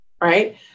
right